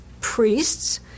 priests